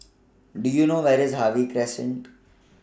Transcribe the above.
Do YOU know Where IS Harvey Crescent